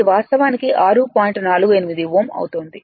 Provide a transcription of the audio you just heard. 48 Ω అవుతోంది